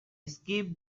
skip